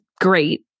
great